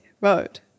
Road